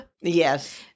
Yes